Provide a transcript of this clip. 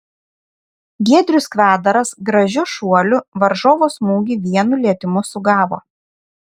giedrius kvedaras gražiu šuoliu varžovo smūgį vienu lietimu sugavo